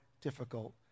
difficult